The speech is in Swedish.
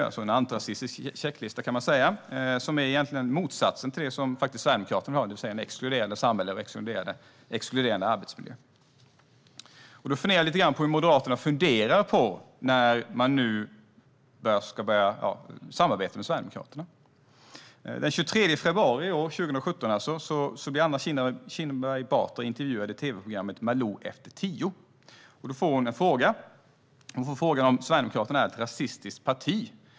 Det är en antirasistisk checklista, kan man säga, som är motsatsen till det som Sverigedemokraterna vill ha, det vill säga ett exkluderande samhälle och en exkluderande arbetsmiljö. Jag funderar lite på hur Moderaterna resonerar när man nu ska börja samarbeta med Sverigedemokraterna. Den 23 februari i år blev Anna Kinberg Batra intervjuad i tv-programmet Malou efter tio . Då fick hon frågan om Sverigedemokraterna är ett rasistiskt parti.